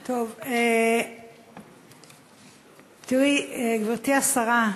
טוב, תראי, גברתי השרה,